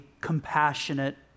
compassionate